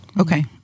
Okay